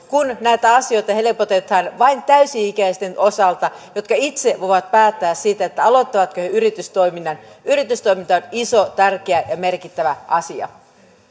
kun näitä asioita helpotetaan vain täysi ikäisten osalta jotka itse voivat päättää siitä aloittavatko he yritystoiminnan yritystoiminta on iso tärkeä ja merkittävä asia